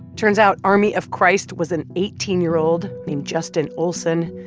turns out army of christ was an eighteen year old named justin olsen.